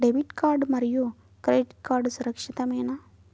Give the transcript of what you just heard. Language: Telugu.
డెబిట్ కార్డ్ మరియు క్రెడిట్ కార్డ్ సురక్షితమేనా?